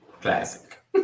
classic